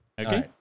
Okay